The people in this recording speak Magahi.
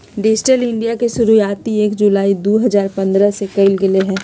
डिजिटल इन्डिया के शुरुआती एक जुलाई दु हजार पन्द्रह के कइल गैले हलय